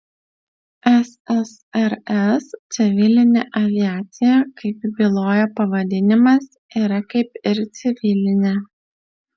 ssrs civilinė aviacija kaip byloja pavadinimas yra kaip ir civilinė